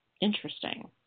Interesting